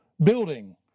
building